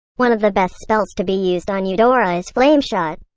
one of the best spells to be used on eudora is flameshot.